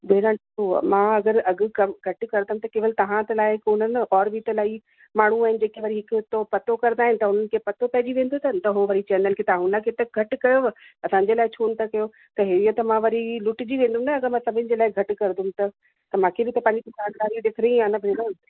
भेण हूअ मां अगरि अघि कम घटि करिदमि त केवल तव्हां त लाइ कोन्हमि न और बि त इलाही माण्हुं आहिनि जेके वरी हिकु थो पतो करिदा आइ त हुनन खे पतो पइजी वेंदो अथन त हो वरी चवंदा आहिनि तव्हां हुन खे त घटि कयुव असांजे लाइ छो नि था कियो त हीओ त मां वरी लुटिजी वेंदमि न अगरि मां सभिनि जे घटि करिदमि त त मूंखे बि त पंहिंजी दुकानदारी ॾिसिणी आहे न भेण